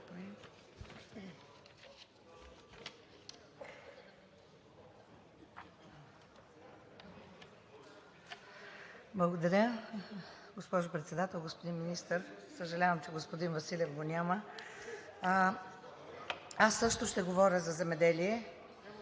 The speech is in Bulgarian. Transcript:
Благодаря. Госпожо Председател, господин Министър! Съжалявам, че господин Василев го няма. Аз също ще говоря за земеделие,